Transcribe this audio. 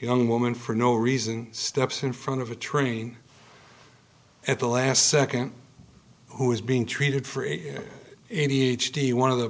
young woman for no reason steps in front of a train at the last second who is being treated for any h d one of the